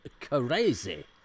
crazy